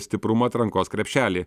stiprumą atrankos krepšelį